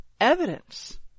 evidence